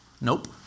Nope